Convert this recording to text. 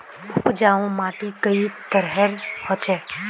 उपजाऊ माटी कई तरहेर होचए?